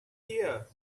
here